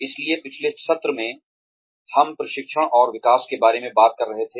इसलिए पिछले सत्र में हम प्रशिक्षण और विकास के बारे में बात कर रहे थे